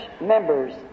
members